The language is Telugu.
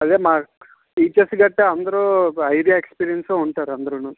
అదే మా టీచర్స్ గట్రా అందరూ హైలీ ఎక్స్పీరియన్స్తో ఉంటారు అందరూను